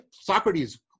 Socrates